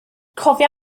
cofia